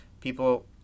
people